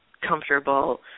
comfortable